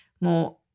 more